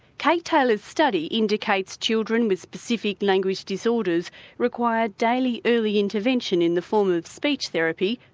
kate taylor's study indicates children with specific language disorders require daily early intervention in the form of speech therapy,